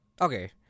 Okay